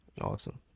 Awesome